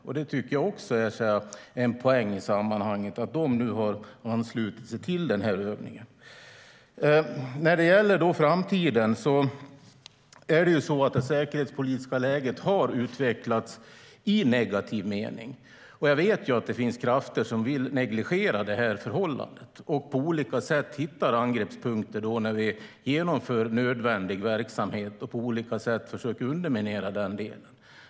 Att de har anslutit sig till övningen har också en poäng i sammanhanget. När det gäller framtiden har det säkerhetspolitiska läget utvecklats negativt. Jag vet att det finns krafter som vill negligera det förhållandet, som på olika sätt hittar angreppspunkter när vi genomför nödvändig verksamhet och som på olika sätt försöker underminera den delen.